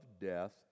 death